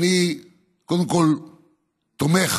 אני קודם כול תומך